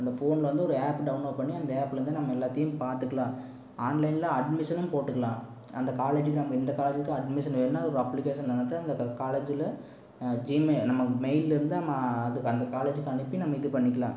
அந்த ஃபோனில் வந்து ஒரு ஆப் டவுன்லோட் பண்ணி அந்த ஆப்பில் வந்து நம்ம எல்லாத்தையும் பார்த்துக்கலாம் ஆன்லைனில் அட்மிஷனும் போட்டுக்கலாம் அந்த காலேஜில் நம்ம இந்த காலேஜில் தான் அட்மிஷன் வேணும்னா ஒரு அப்ளிகேஷன் எடுத்து அந்த காலேஜில் ஜிமெயில் நம்ம மெயிலேருந்து நம்ம அதுக்கு அந்த காலேஜுக்கு அனுப்பி நம்ம இது பண்ணிக்கலாம்